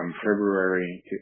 February